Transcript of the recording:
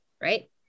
right